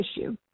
issue